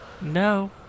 No